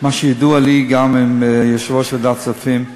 מה שידוע לי, גם עם יושב-ראש ועדת הפנים,